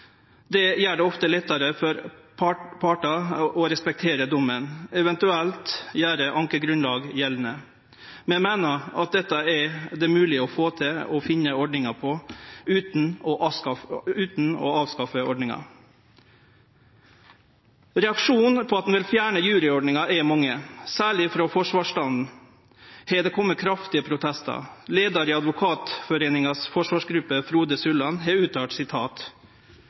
Det gjer det ofte lettare for partane å respektere dommen, eventuelt gjere ankegrunnlaget gjeldande. Vi meiner at dette er det mogleg å få til og finne ordningar for utan å avskaffe ordninga. Reaksjonane på at ein vil fjerne juryordninga er mange. Særleg frå forsvarsstanden har det kome kraftige protestar. Leiaren i Forsvarsgruppen i Advokatforeningen, Frode Sulland,